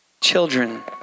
children